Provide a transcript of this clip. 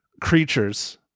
creatures